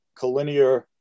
collinear